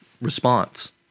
response